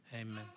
Amen